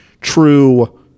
true